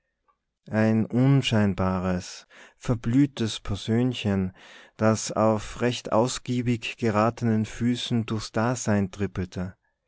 ein unscheinbares verblühtes persönchen das auf recht ausgiebig geratenen füßen durchs dasein trippelte